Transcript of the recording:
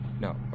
No